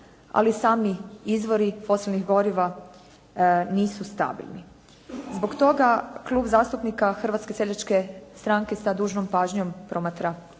ali i sami izvori fosilnih goriva nisu stabilni. Zbog toga Klub zastupnika Hrvatske seljačke stranke sa dužnom pažnjom promatra